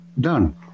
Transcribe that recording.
done